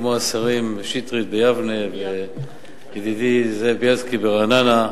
כמו שטרית ביבנה וידידי זאב בילסקי ברעננה,